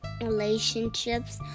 Relationships